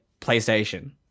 PlayStation